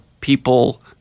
people